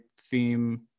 theme